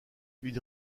une